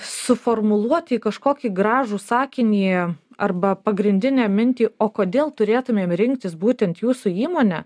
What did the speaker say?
suformuluoti į kažkokį gražų sakinį arba pagrindinę mintį o kodėl turėtumėm rinktis būtent jūsų įmonę